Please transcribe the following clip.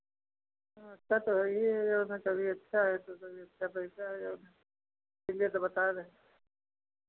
अच्छा तो है ही है जो ना कभी अच्छा है तो कभी अच्छा पैसा है अब इसीलिए तो बता रहे हैं